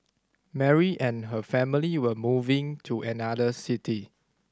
Mary and her family were moving to another city